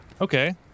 Okay